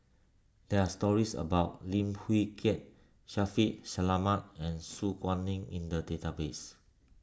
there are stories about Lim Wee Kiak Shaffiq Selamat and Su Guaning in the database